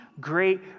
great